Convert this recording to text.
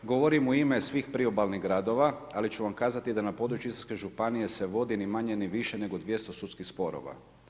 Govorim u ime svih priobalnih gradova, ali ću vam kazati da na području Istarske županije se vodi ni manje ni više, nego 200 sudskih sporova.